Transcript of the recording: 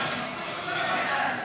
מוותר.